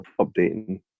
updating